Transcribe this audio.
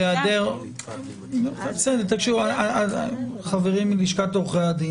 חברים מלשכת עורכי הדין